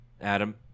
adam